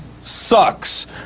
sucks